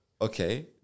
okay